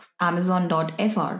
Amazon.fr